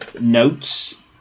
notes